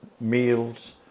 meals